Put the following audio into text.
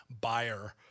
buyer